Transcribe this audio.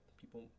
people